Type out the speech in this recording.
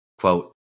quote